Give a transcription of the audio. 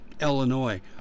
Illinois